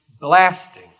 blasting